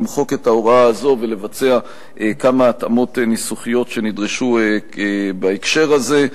למחוק את ההוראה הזאת ולבצע כמה התאמות ניסוחיות שנדרשו בהקשר הזה,